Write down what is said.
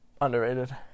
underrated